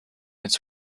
its